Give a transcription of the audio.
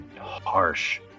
harsh